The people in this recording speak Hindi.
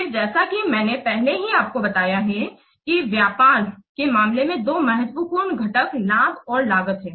फिर जैसा कि मैंने पहले ही आपको बताया है की व्यापार के मामले के दो महत्वपूर्ण घटक लाभ और लागत हैं